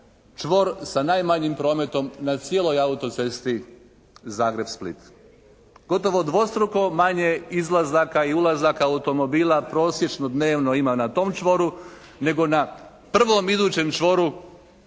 čvor sa najmanjim prometom na cijelom Autocesti Zagreb – Split. Gotovo dvostruko manje izlazaka i ulazaka automobila prosječno dnevno ima na tom čvoru nego na prvom idućem čvoru